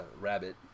Rabbit